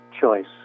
choice